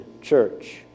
church